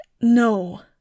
no